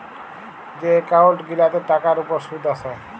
যে এক্কাউল্ট গিলাতে টাকার উপর সুদ আসে